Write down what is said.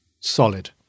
solid